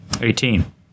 Eighteen